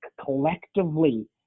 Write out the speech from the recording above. collectively